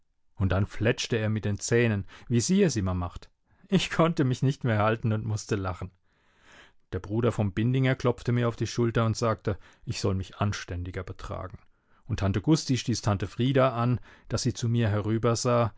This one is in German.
und dann fletschte er mit den zähnen wie sie es immer macht ich konnte mich nicht mehr halten und mußte lachen der bruder vom bindinger klopfte mir auf die schulter und sagte ich soll mich anständiger betragen und tante gusti stieß tante frieda an daß sie zu mir